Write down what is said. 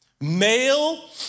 Male